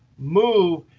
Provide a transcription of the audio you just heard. move,